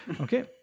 Okay